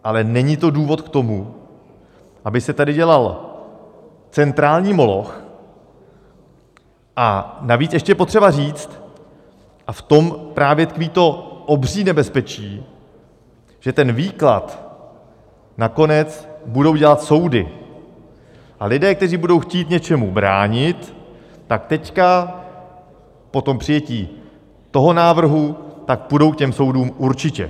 Ale není to důvod k tomu, aby se tady dělal centrální moloch, a navíc je potřeba říci, a v tom právě tkví to obří nebezpečí, že ten výklad nakonec budou dělat soudy, a lidé, kteří budou chtít něčemu bránit, tak teď po přijetí toho návrhu půjdou k soudům určitě.